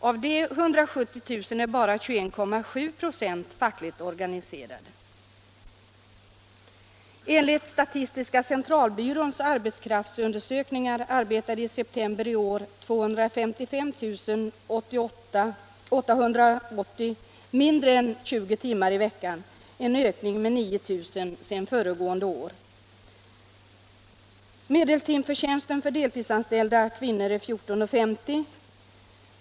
Av de 170 000 är bara 21,7 96 fackligt organiserade. Medeltimförtjänsten för deltidsanställda kvinnor är 14:50 kr.